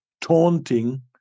taunting